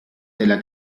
della